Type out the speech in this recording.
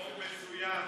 החוק מצוין.